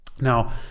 Now